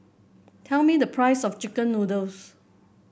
tell me the price of chicken noodles